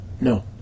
No